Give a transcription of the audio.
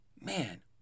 man